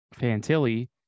Fantilli